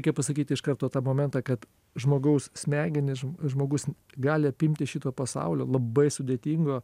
reikia pasakyti iš karto tą momentą kad žmogaus smegenys žmogus gali apimti šito pasaulio labai sudėtingo